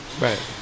Right